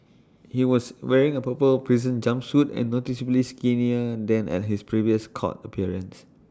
he was wearing A purple prison jumpsuit and noticeably skinnier than at his previous court appearance